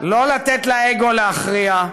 לא לתת לאגו להכריע,